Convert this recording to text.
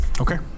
Okay